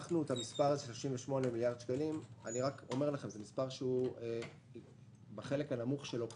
המספר 38 מיליארד שקלים הוא בחלק הנמוך שלו כרגע.